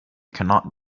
cannot